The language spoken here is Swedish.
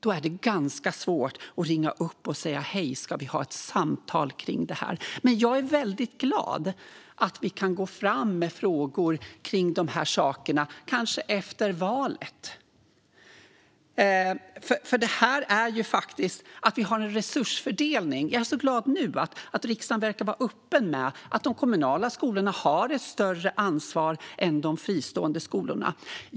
Då är det ganska svårt att ringa upp och säga: Hej, ska vi ha ett samtal kring det här? Jag är dock väldigt glad att vi kanske kan gå fram med frågor kring detta efter valet. Nu har vi en resursfördelning. Jag är glad att riksdagen nu verkar vara öppen med att de kommunala skolorna har ett större ansvar än de fristående.